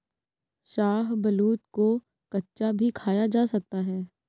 शाहबलूत को कच्चा भी खाया जा सकता है